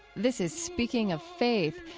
this is speaking of faith.